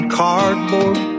cardboard